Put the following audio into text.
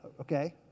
Okay